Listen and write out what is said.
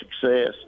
success